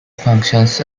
functions